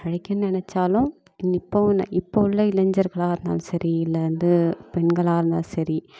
அழிக்க நினச்சாலும் இப்போ உள்ள இப்போ உள்ள இளைஞ்சர்களாக இருந்தாலும் சரி இல்லை வந்து பெண்களாக இருந்தால் சரி